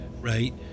right